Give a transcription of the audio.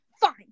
fine